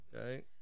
Okay